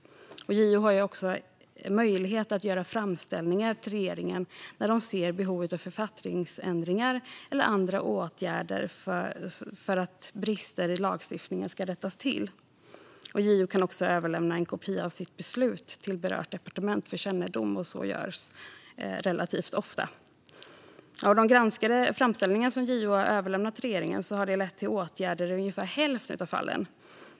JO har också möjlighet att göra framställningar till regeringen när de ser behov av författningsändringar eller andra åtgärder för att rätta till brister i lagstiftningen. JO kan också överlämna en kopia av sitt beslut till berört departement för kännedom, och det görs relativt ofta. När det gäller de granskade framställningar som JO har överlämnat till regeringen har det lett till åtgärder i ungefär hälften av fallen.